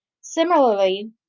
Similarly